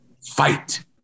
Fight